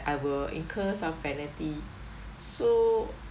I will incur some penalty so